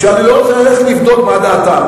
ואני לא רוצה ללכת ולבדוק מה דעתה,